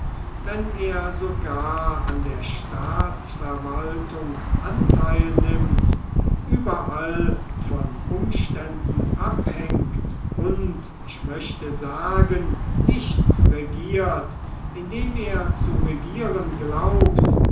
wenn er sogar an der staatsverwaltung anteil nimmt überall von umständen abhängt und ich möchte sagen nichts regiert indem er zu regieren glaubt